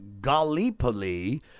Gallipoli